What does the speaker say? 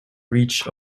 reach